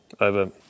over